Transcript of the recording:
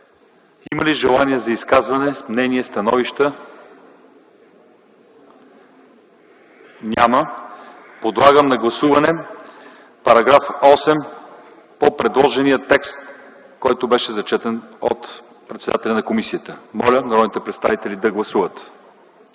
Има ли желаещи за изказване, мнения, становища? Няма. Подлагам на гласуване § 8 по предложения текст, прочетен от председателя на комисията. Моля народните представители да гласуват.